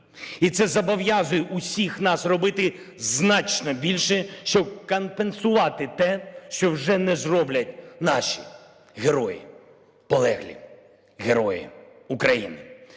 І це зобов'язує усіх нас робити значно більше, щоб компенсувати те, що вже не зроблять наші герої, полеглі герої України!